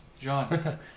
John